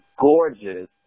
gorgeous